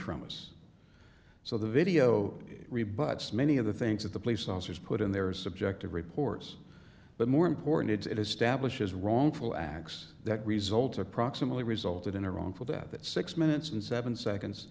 from us so the video rebuts many of the things that the police officers put in there are subjective reports but more important it is stablish is wrongful acts that result approximately resulted in a wrongful death that six minutes and seven seconds